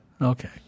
Okay